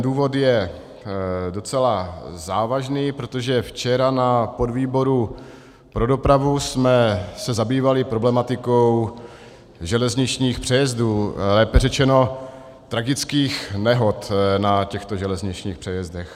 Důvod je docela závažný, protože včera na podvýboru pro dopravu jsme se zabývali problematikou železničních přejezdů, lépe řečeno tragických nehod na těchto železničních přejezdech.